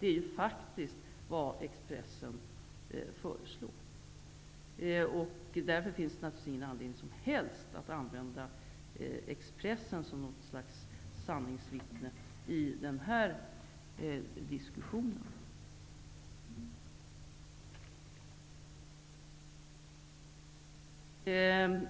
Det är faktiskt vad Expressen föreslår. Därför finns det naturligtvis ingen som helst anledning att använda Expressen som något slags sanningsvittne i den här diskussionen. Det